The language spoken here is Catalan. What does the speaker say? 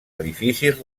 edificis